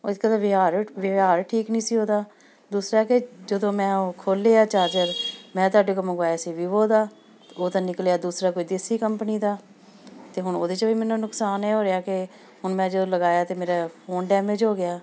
ਵਿਹਾਰ ਵਿਵਹਾਰ ਠੀਕ ਨਹੀਂ ਸੀ ਉਹਦਾ ਦੂਸਰਾ ਹੈ ਕਿ ਜਦੋਂ ਮੈਂ ਉਹ ਖੋਲ੍ਹਿਆ ਚਾਰਜਰ ਮੈਂ ਤੁਹਾਡੇ ਕੋਲੋਂ ਮੰਗਵਾਇਆ ਸੀ ਵੀਵੋ ਦਾ ਉਹ ਤਾਂ ਨਿਕਲਿਆ ਦੂਸਰਾ ਕੋਈ ਦੇਸੀ ਕੰਪਨੀ ਦਾ ਅਤੇ ਹੁਣ ਉਹਦੇ 'ਚ ਵੀ ਮੈਨੂੰ ਨੁਕਸਾਨ ਇਹ ਹੋ ਰਿਹਾ ਕਿ ਹੁਣ ਮੈਂ ਜਦੋਂ ਲਗਾਇਆ ਤਾਂ ਮੇਰਾ ਫੋਨ ਡੈਮੇਜ ਹੋ ਗਿਆ